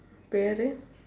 பெயர்:peyar